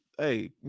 Hey